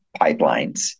pipelines